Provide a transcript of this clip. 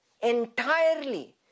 Entirely